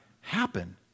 happen